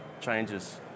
changes